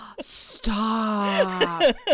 Stop